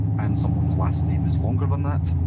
and someone's last name is longer than that,